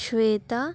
శ్వేత